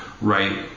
right